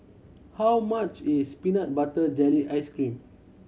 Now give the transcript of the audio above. how much is peanut butter jelly ice cream